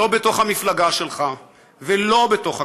לא בתוך המפלגה שלך ולא בתוך הקואליציה.